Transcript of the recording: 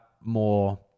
more